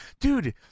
Dude